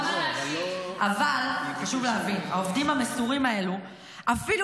אבל חשוב להבין: העובדים המסורים האלה אפילו